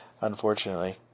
unfortunately